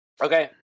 Okay